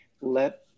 let